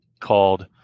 called